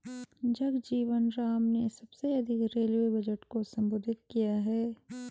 जगजीवन राम ने सबसे अधिक रेलवे बजट को संबोधित किया है